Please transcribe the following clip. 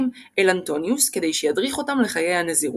אל אנטוניוס כדי שידריך אותם לחיי הנזירות.